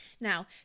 Now